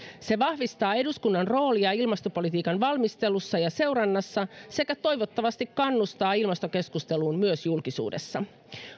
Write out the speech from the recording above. se vahvistaa eduskunnan roolia ilmastopolitiikan valmistelussa ja seurannassa sekä toivottavasti kannustaa ilmastokeskusteluun myös julkisuudessa